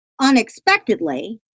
unexpectedly